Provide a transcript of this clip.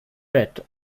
pat